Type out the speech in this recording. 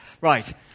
Right